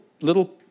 little